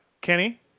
Kenny